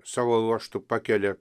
savo ruožtu pakelia